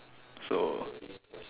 so